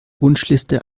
wunschliste